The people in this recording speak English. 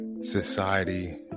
society